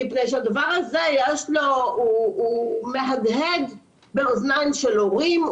מפני שהדבר הזה מהדהד באוזניים של הורים,